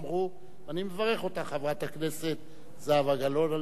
חברת הכנסת זהבה גלאון, אני מברך אותך על נחישותך.